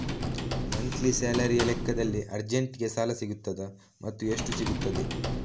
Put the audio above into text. Monthly ಸ್ಯಾಲರಿಯ ಲೆಕ್ಕದಲ್ಲಿ ಅರ್ಜೆಂಟಿಗೆ ಸಾಲ ಸಿಗುತ್ತದಾ ಮತ್ತುಎಷ್ಟು ಸಿಗುತ್ತದೆ?